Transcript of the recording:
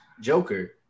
Joker